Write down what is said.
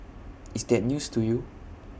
is that news to you